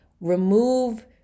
remove